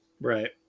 Right